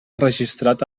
registrat